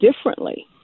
differently